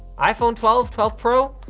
iphone twelve, twelve pro,